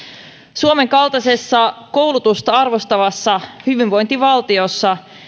suomen kaltaisessa koulutusta arvostavassa hyvinvointivaltiossa